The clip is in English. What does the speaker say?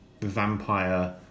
vampire